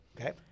Okay